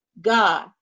God